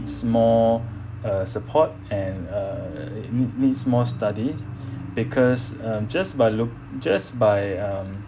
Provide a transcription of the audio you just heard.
more uh support and uh need needs more studies because uh just by look just by um